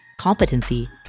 competency